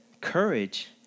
courage